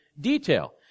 detail